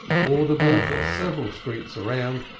audible for several streets around,